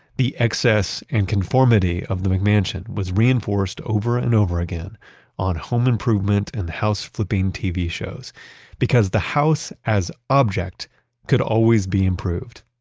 the excess and conformity of the mcmansion was reinforced over and over again on home improvement and house flipping tv shows because the house as object could always be improved.